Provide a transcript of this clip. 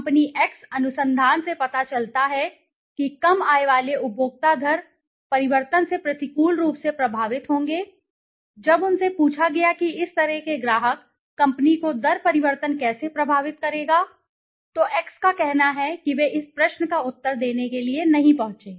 company X अनुसंधान से पता चलता है कि कम आय वाले उपभोक्ता दर परिवर्तन से प्रतिकूल रूप से प्रभावित होंगे जब उनसे पूछा गया कि इस तरह के ग्राहक कंपनी को दर परिवर्तन कैसे प्रभावित करेगा तो X का कहना है कि वे इस प्रश्न का उत्तर देने के लिए नहीं पहुंचे